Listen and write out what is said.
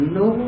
no